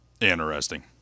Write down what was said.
Interesting